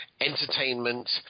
entertainment